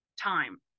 time